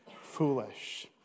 foolish